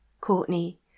Courtney